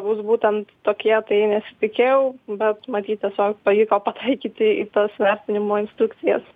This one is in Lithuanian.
bus būtent tokie tai nesitikėjau bet matyt tiesiog pavyko pataikyti į tas vertinimo instrukcijas